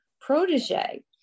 protege